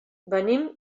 venim